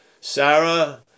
Sarah